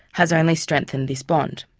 has only strengthened this bond.